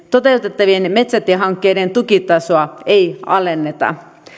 toteutettavien metsätiehankkeiden tukitasoa ei alenneta